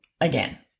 again